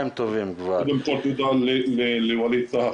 קודם כל תודה לווליד טאהא,